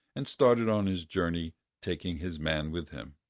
and started on his journey taking his man with him.